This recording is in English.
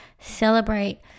celebrate